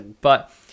but-